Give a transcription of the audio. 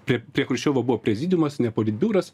prie prie chruščiovo buvo prezidiumas ne politbiuras